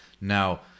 Now